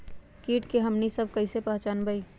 किट के हमनी सब कईसे पहचान बई?